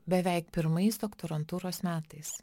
beveik pirmais doktorantūros metais